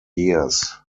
years